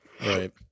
right